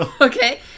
Okay